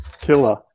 killer